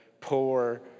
poor